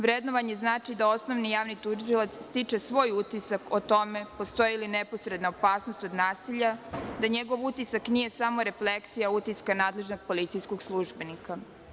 Vrednovanje znači da osnovni javni tužilac stiče svoj utisak o tome postoji li neposredna opasnost od nasilja, da njegov utisak nije samo refleksija utiska nadležnog policijskog službenika.